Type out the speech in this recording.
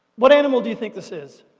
what animal do you think this is?